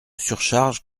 surcharge